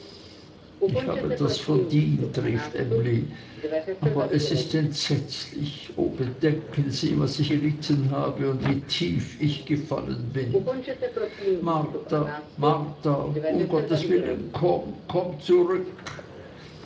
ich habe das verdient rief emly aber es ist entsetzlich o bedenken sie was ich gelitten habe und wie tief ich gefallen bin marta marta im gottes willen komm komm zurück